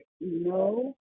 no